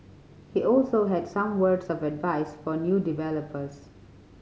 he also had some words of advice for new developers